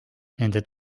nende